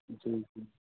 जी जी